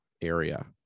area